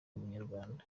umunyarwanda